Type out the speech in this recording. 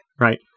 Right